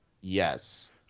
Yes